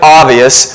obvious